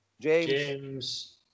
James